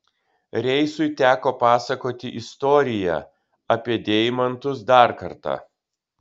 reisui teko pasakoti istoriją apie deimantus dar kartą